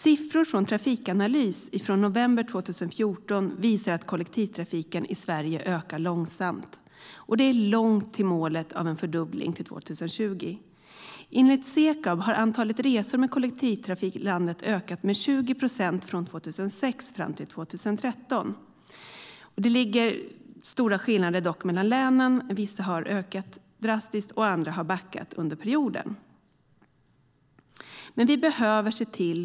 Siffror från Trafikanalys i november 2014 visar att kollektivtrafiken i Sverige ökar långsamt och att det är långt till målet om en fördubbling till 2020. Enligt Sekab har antalet resor med kollektivtrafik i landet ökat med 20 procent mellan 2006 och 2013. Det finns dock stora skillnader mellan länen; i vissa har siffran ökat drastiskt under perioden, och i andra har den minskat.